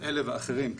כאלה ואחרים,